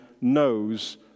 knows